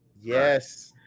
Yes